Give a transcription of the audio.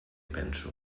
penso